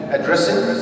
Addressing